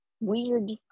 weird